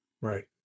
Right